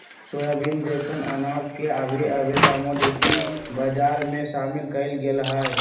soybean जैसन अनाज के अभी अभी कमोडिटी बजार में शामिल कइल गेल हइ